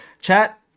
Chat